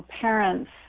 parents